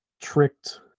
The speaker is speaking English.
tricked